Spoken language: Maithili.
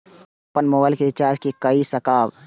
हम अपन मोबाइल के रिचार्ज के कई सकाब?